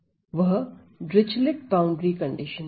वह Dirichlet boundary condition थी